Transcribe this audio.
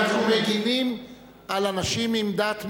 אנחנו מגינים על אנשים עם דעת מיעוט.